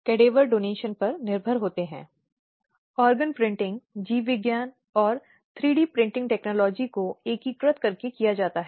जब हम इस तरह की हिंसा की बात करते हैं तो परिवार के भीतर यह कई रूप लेती है जैसा कि हमने पिछले व्याख्यान में देखा है